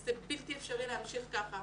זה בלתי אפשרי להמשיך ככה.